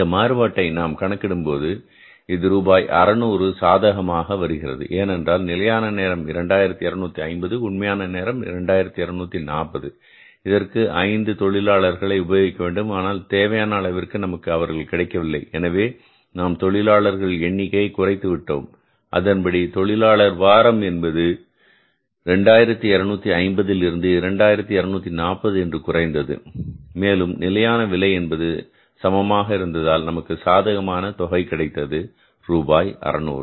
இந்த மாறுபாட்டை நாம் கணக்கிடும்போது இது ரூபாய் 600 சாதகமாக வருகிறது ஏனென்றால் நிலையான நேரம் 2250 உண்மையான நேரம் 2240 இதற்கு 5 தொழிலாளர்கள் உபயோகிக்க வேண்டும் ஆனால் தேவையான அளவிற்கு நமக்கு அவர்கள் கிடைக்கவில்லை எனவே நாம் தொழிலாளர் எண்ணிக்கையை குறைத்து விட்டோம் அதன்படி தொழிலாளர் வாரம் என்பது 2250 இருந்து 2240 என்று குறைந்தது மேலும் நிலையான விலை என்பது சமமாக இருந்ததால் நமக்கு சாதகமான தொகையாக கிடைத்தது ரூபாய் 600